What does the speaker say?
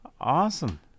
awesome